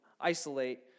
isolate